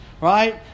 Right